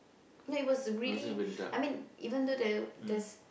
like it was really I mean even though the the